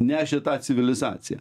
nešė tą civilizaciją